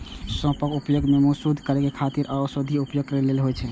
सौंफक उपयोग मुंह कें शुद्ध करै खातिर आ औषधीय उपयोग लेल होइ छै